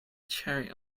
cherry